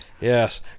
Yes